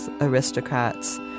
aristocrats